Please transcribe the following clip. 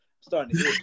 starting